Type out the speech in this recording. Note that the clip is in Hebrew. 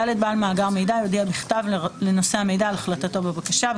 (ד) בעל מאגר מידע יודיע בכתב לנושא המידע על החלטתו בבקשה,